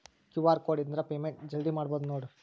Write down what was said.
QR code ಇದ್ರ payment ಜಲ್ದಿ ಮಾಡಬಹುದು ನೋಡ್